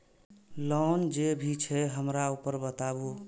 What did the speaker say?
Loan जे भी छे हमरा ऊपर बताबू?